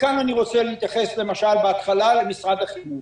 כאן אני רוצה להתייחס בהתחלה למשרד החינוך.